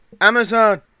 Amazon